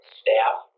staff